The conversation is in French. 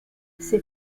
ses